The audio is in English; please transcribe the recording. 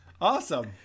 awesome